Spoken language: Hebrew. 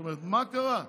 זאת אומרת, מה קרה?